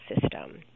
system